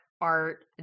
art